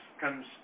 comes